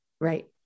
right